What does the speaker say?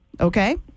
Okay